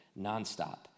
nonstop